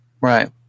Right